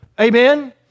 Amen